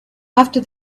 after